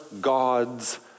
God's